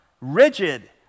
rigid